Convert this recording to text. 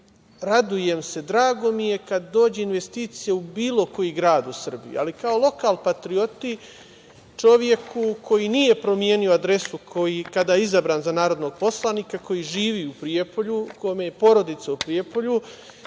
radujem se, drago mi je kada dođe investicija u bilo koji grad u Srbiji. Ali, kao lokalpatrioti čoveku koji nije promenio adresu kada je izabran za narodnog poslanika koji živi u Prijepolju, kome je porodica u Prijepolju,